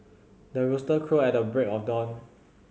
the rooster crow at the break of dawn